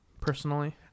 personally